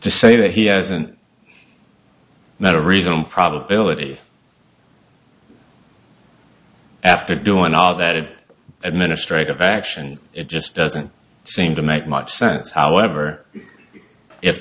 to say that he hasn't met a reasonable probability after doing are that it administrative action it just doesn't seem to make much sense however if